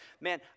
man